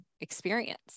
experience